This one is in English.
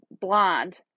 blonde